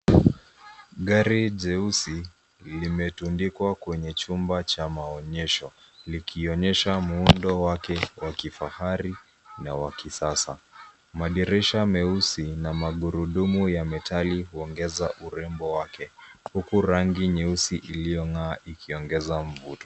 Gari jeusi limetundikwa kwenye chumba cha maonyesho likionyesha muundo wake wa kifahari na wa kisasa ,madirisha meusi na magurudumu ya metali huongeza urembo wake huku rangi nyeusi iliyong'aa ikiongeza mvuto.